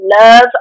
Love